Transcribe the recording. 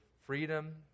freedom